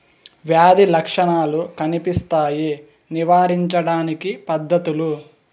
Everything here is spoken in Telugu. వ్యాధి లక్షణాలు కనిపిస్తాయి నివారించడానికి పద్ధతులు?